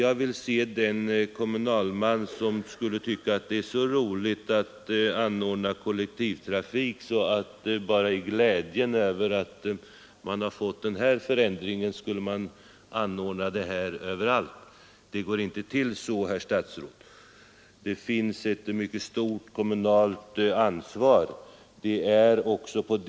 Jag vill se den kommunalman som tycker att det är så roligt att ordna kollektivtrafik att han gör det överallt bara i glädjen över en förändring. Det går inte till så, herr statsråd! Det finns ett mycket stort kommunalt ansvar.